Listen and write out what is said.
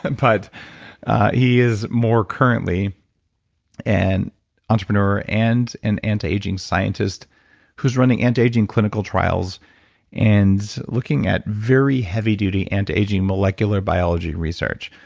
and but he is more currently an and entrepreneur and an anti-aging scientist who's running anti-aging clinical trials and looking at very heavy duty anti-aging molecular biology research.